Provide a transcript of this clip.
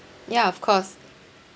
ya of course